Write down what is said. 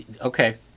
okay